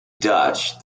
dutch